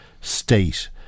state